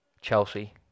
Chelsea